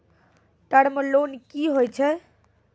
Term loan कि होय छै?